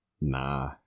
nah